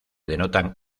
denotan